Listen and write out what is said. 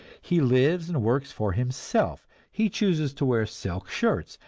he lives and works for himself he chooses to wear silk shirts,